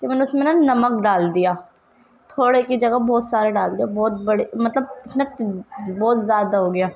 پھر اس میں نا نمک ڈال دیا تھوڑے کی جگہ بہت سارا ڈال دیا بہت بڑے مطلب بہت زیادہ ہو گیا